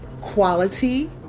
quality